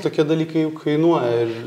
tokie dalykai juk kainuoja ir